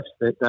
yes